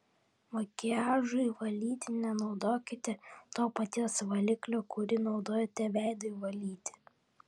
makiažui valyti nenaudokite to paties valiklio kurį naudojate veidui valyti